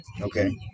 Okay